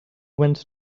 went